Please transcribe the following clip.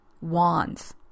Wands